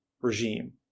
regime